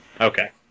Okay